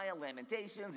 Lamentations